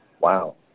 Wow